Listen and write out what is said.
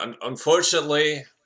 unfortunately